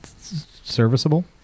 Serviceable